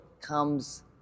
comes